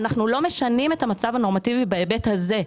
אנחנו לא משנים את המצב הנורמטיבי בהיבט הזה,